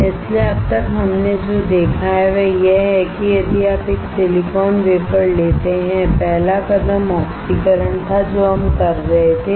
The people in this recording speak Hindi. इसलिए अब तक हमने जो देखा है वह यह है कि यदि आप एक सिलिकॉन वेफर लेते हैं पहला कदम ऑक्सीकरण था जो हम कर रहे थे